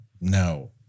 No